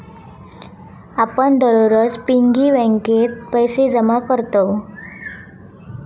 आपण दररोज पिग्गी बँकेत पैसे जमा करतव